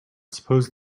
suppose